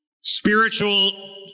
spiritual